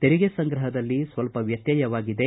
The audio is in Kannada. ತೆರಿಗೆ ಸಂಗ್ರಹದಲ್ಲಿ ಸ್ವಲ್ಪ ವ್ಯಕ್ಯವಾಗಿದೆ